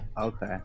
Okay